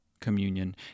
communion